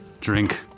drink